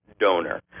donor